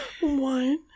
One